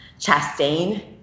Chastain